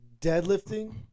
Deadlifting